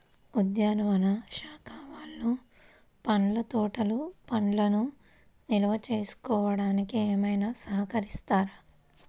ఉద్యానవన శాఖ వాళ్ళు పండ్ల తోటలు పండ్లను నిల్వ చేసుకోవడానికి ఏమైనా సహకరిస్తారా?